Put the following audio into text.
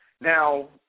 Now